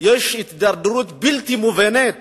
יש הידרדרות בלתי מובנת